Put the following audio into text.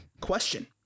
Question